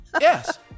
Yes